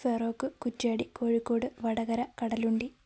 Feroke Kuttiady Kozhikode Vadakara Kadalundi